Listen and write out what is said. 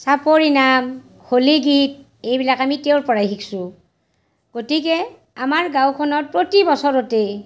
চাপৰি নাম হলীগীত এইবিলাক আমি তেওঁৰ পৰাই শিকিছোঁ গতিকে আমাৰ গাঁওখনত প্ৰতি বছৰতেই